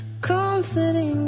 comforting